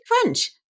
French